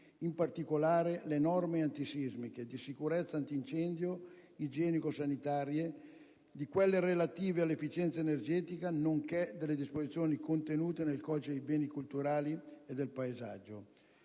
in particolare, le norme antisismiche, di sicurezza, antincendio, igienico-sanitarie, quelle relative all'efficienza energetica, nonché le disposizioni contenute nel codice dei beni culturali e del paesaggio.